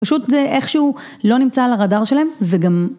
פשוט זה איכשהו לא נמצא על הרדאר שלהם וגם...